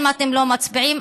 אם אתם לא מצביעים,